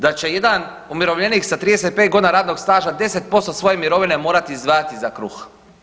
Da će jedan umirovljenik sa 35 godina radnog staža 10% svoje mirovine morati izdvajati za kruh.